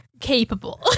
capable